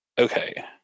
okay